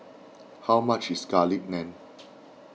how much is Garlic Naan